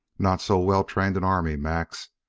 not so well trained an army, max,